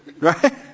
Right